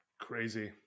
Crazy